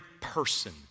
person